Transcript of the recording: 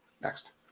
Next